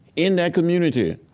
in that community,